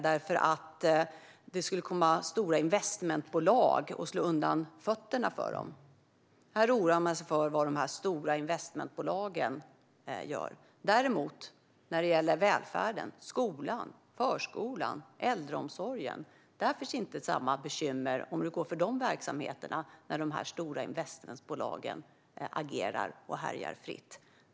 Det skulle komma stora investmentbolag och slå undan fötterna för dem. Här oroar man sig för vad de stora investmentbolagen gör. När det däremot gäller välfärden, skolan, förskolan och äldreomsorgen finns inte samma bekymmer om hur det går för de verksamheterna när de stora investmentbolagen agerar och härjar fritt.